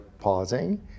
pausing